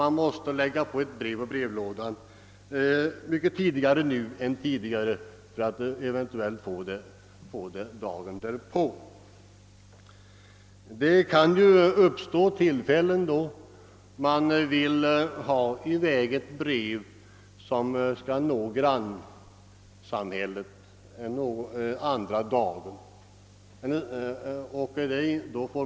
Man måste nu lägga på ett brev på brevlådan mycket tidigare än förr för att kunna räkna med att det skall komma fram dagen därpå. Det kan ju uppstå tillfällen när man vill att ett brev som avsänts skall nå grannsamhället dagen därpå.